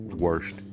worst